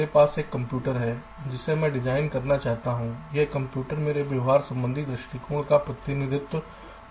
मेरे पास एक कंप्यूटर है जिसे मैं डिजाइन करना चाहता हूं यह कंप्यूटर मेरे व्यवहार संबंधी दृष्टिकोण का प्रतिनिधित्व कर सकता है